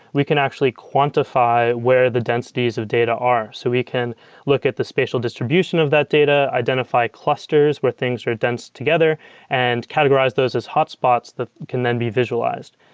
we can actually quantify where the densities of data are. so we can look at the spatial distribution of that data. identify clusters where things are dense together and categorize those as hotspots that can then be visualized.